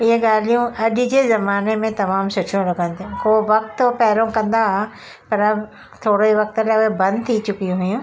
इहा ॻाल्हियूं अॼु जे ज़माने में तमामु सुठियूं लॻनि थियूं को वक़्ति पहिरियों कंदा हुआ पर थोरे वक़्ति लाइ बंदि थी चुकी हुयूं